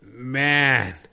man